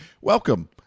welcome